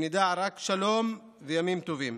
שנדע רק שלום וימים טובים.